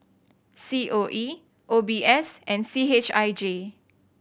C O E O B S and C H I J